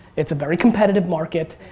it's a very competitive market,